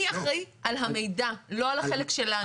מי אחראי על המידע לא העל החלק שלנו?